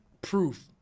proof